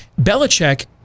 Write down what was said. Belichick